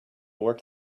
work